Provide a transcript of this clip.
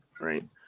right